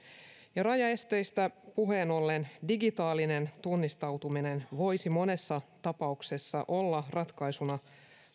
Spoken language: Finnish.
rajaesteistä puheen ollen digitaalinen tunnistautuminen voisi monessa tapauksessa olla ratkaisuna